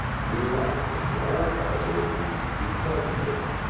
will, i think, in all probability, be servantless.